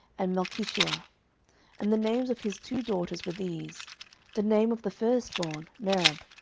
and melchishua and the names of his two daughters were these the name of the firstborn merab,